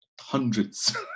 hundreds